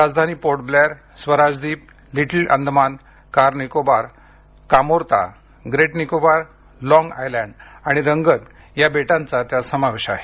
राजधानी पोर्ट ब्लेयर स्वराज दीप लिटिल अंदमान कार निकोबार कामोर्ता ग्रेट निकोबार लाँग आयलँड आणि रंगत या बेटांचा त्यात समावेश आहे